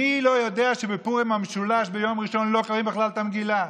מי לא יודע שבפורים המשולש ביום ראשון לא קוראים בכלל את המגילה?